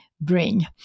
bring